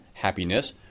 Happiness